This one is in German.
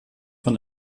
von